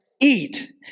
eat